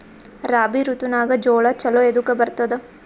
ರಾಬಿ ಋತುನಾಗ್ ಜೋಳ ಚಲೋ ಎದಕ ಬರತದ?